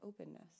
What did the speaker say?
openness